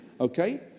Okay